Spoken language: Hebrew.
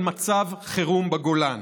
על מצב חירום בגולן.